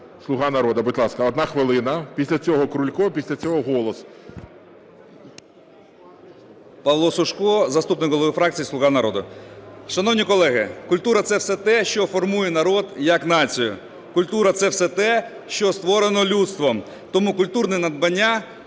"Слуга народу". Будь ласка, 1 хвилина. Після цього Крулько, а після цього "Голос". 11:58:09 СУШКО П.М. Павло Сушко, заступник голови фракції "Слуга народу". Шановні колеги, культура – це все те, що формує народ як націю, культура – це все те, що створено людством. Тому культурне надбання